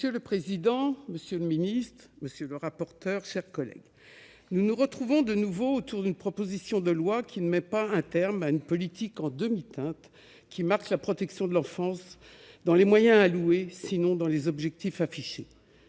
Monsieur le président, monsieur le secrétaire d'État, mes chers collègues, nous nous retrouvons de nouveau autour d'un projet de loi qui ne met pas un terme à la politique en demi-teintes qui caractérise la protection de l'enfance, dans les moyens alloués sinon dans les objectifs affichés.